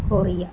Korea